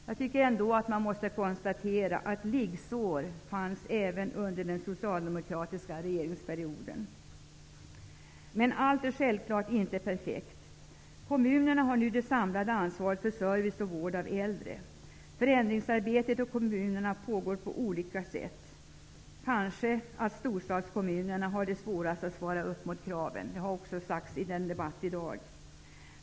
Jag tycker ändå att man måste konstatera att liggsår fanns även under den socialdemokratiska regeringsperioden. Men allt är självklart inte perfekt. Kommunerna har nu det samlade ansvaret för service och vård av äldre. Förändringsarbetet i kommunerna pågår på olika sätt. Kanske har storstadskommunerna svårast att svara upp mot kraven -- det har också sagts i debatten i dag.